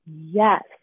yes